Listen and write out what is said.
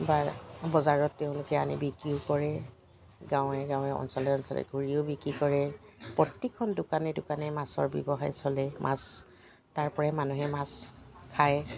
বা বজাৰত তেওঁলোকে আনি বিক্ৰীও কৰে গাঁৱে গাঁৱে অঞ্চলে অঞ্চলে ঘূৰিও বিক্ৰী কৰে প্ৰতিখন দোকানে দোকানে মাছৰ ব্যৱসায় চলে মাছ তাৰপৰাই মানুহে মাছ খায়